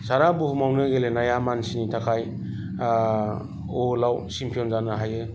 सारा बुहुमावनो गेलेनाया मानसिनि थाखाय आ वर्ल्डआव चेमफियन जानो हायो